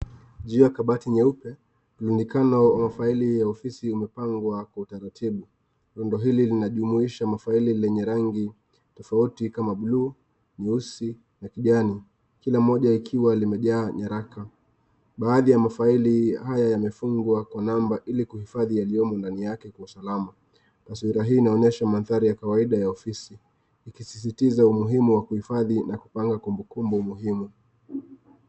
Juu ya kabati nyeupe , mwonekano wa faili ya ofisi imepangwa kwa utaratibu . Nyundo hili linajumuisha faili zenye rangi tofauti kama buluu, nyeusi na kijani , kila moja likiwa limejaa nyaraka . Baadhi ya mafaili haya yamefungwa kwa namba ili kuifadhi yaliyoko ndani yake kwa usalama. Taswira hii inaonyesha madhari ya kawaida ya ofisi ikisisitiza umuhimu wa kuifadhi na kupanga kumbukumbu muhimu.